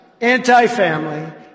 anti-family